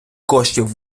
коштів